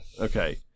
Okay